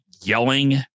yelling